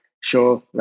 sure